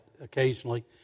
occasionally